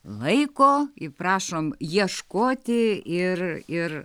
laiko ir prašom ieškoti ir ir